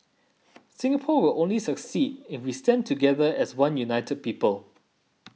Singapore will only succeed if we stand together as one united people